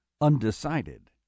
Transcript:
Undecided